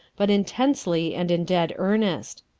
but intensely and in dead earnest.